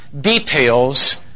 details